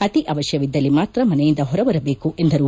ಅತಿ ಅವಶ್ವವಿದ್ದಲ್ಲಿ ಮಾತ್ರ ಮನೆಯಿಂದ ಹೊರಬರಬೇಕು ಎಂದರು